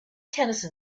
tennyson